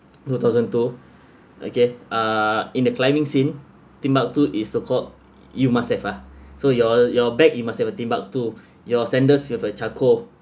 two thousand and two okay uh in the climbing seen timbuktu is so called you must have ah so your your back you must have a timbuktu your sandals with a charcoal